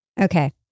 Okay